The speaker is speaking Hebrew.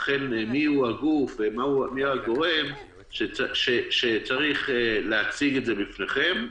החל במי הוא הגוף ומי הגורם שצריך להציג את זה בפניכם,